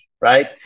right